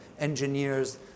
engineers